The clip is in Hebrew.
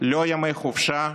לא ימי חופשה,